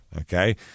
Okay